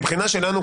מבחינה שלנו,